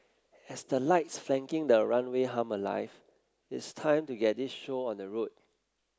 as the lights flanking the runway hum alive it's time to get this show on the road